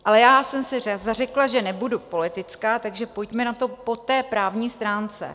Ale já jsem se zařekla, že nebudu politická, takže pojďme na to po té právní stránce.